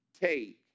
take